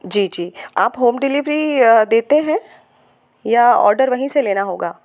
जी जी आप home delivery देते हैं या ऑर्डर वहीं से लेना होगा